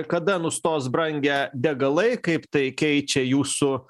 kada nustos brangę degalai kaip tai keičia jūsų